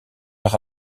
leur